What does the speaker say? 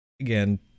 again